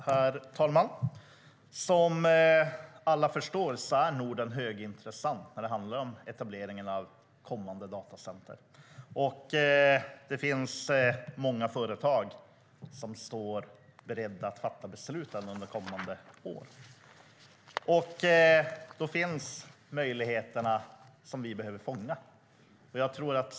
Herr talman! Som alla förstår är Norden högintressant när det handlar om etableringen av kommande datacenter. Det finns många företag som står beredda att fatta beslut under de kommande åren. Då kommer det att finnas möjligheter som vi behöver fånga.